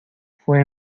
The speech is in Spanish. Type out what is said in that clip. fue